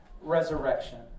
resurrection